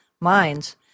minds